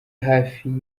hafi